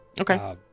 Okay